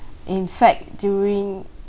in fact during